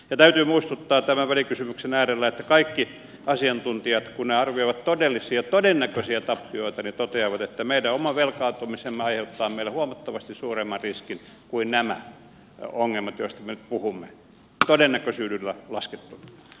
täytyy muistuttaa tämän välikysymyksen äärellä että kaikki asiantuntijat kun he arvioivat todellisia todennäköisiä tappioita toteavat että meidän oma velkaantumisemme aiheuttaa meille huomattavasti suuremman riskin kuin nämä ongelmat joista me nyt puhumme todennäköisyydellä laskettuna